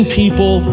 people